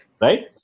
Right